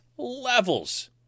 Levels